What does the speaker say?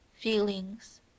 feelings